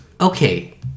okay